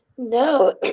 No